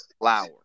flower